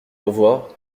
revoir